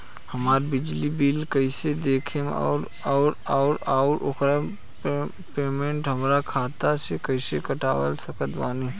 हमार बिजली बिल कईसे देखेमऔर आउर ओकर पेमेंट हमरा खाता से कईसे कटवा सकत बानी?